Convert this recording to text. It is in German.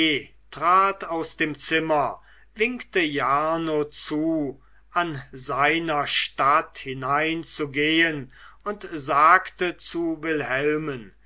aus dem zimmer winkte jarno zu an seiner statt hineinzugehen und sagte zu wilhelmen